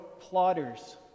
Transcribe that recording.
plotters